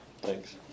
Thanks